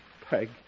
Peg